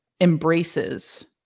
embraces